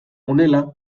honela